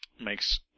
makes